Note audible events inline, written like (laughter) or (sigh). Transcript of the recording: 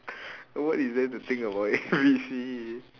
(noise) what is there to think about A B C